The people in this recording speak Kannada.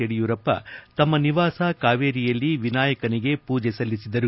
ಯುಡಿಯೂರಪ್ಪ ತಮ್ಮ ನಿವಾಸ ಕಾವೇರಿಯಲ್ಲಿ ವಿನಾಯಕನಿಗೆ ಪೂಜೆ ಸಲ್ಲಿಸಿದರು